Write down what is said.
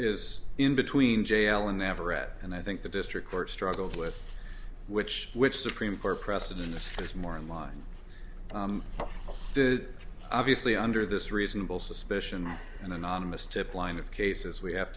is in between jail and navarette and i think the district court struggled with which which supreme court precedent is more in line obviously under this reasonable suspicion an anonymous tip line of cases we have